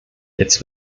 jetzt